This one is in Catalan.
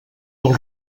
del